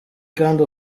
kandi